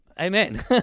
Amen